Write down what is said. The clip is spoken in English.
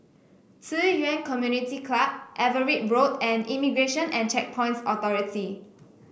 Ci Yuan Community Club Everitt Road and Immigration and Checkpoints Authority